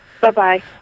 Bye-bye